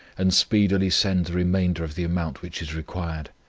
and speedily send the remainder of the amount which is required,